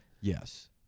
Yes